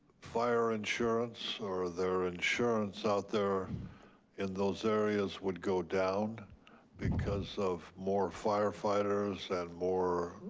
fire insurance or their insurance out there in those areas would go down because of more firefighters and more